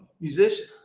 musician